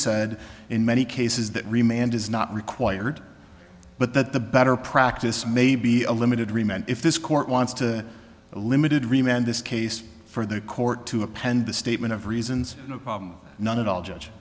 said in many cases that remain and is not required but that the better practice may be a limited reman if this court wants to a limited remain in this case for the court to append the statement of reasons none at all judge